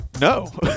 No